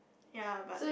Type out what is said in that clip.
ya but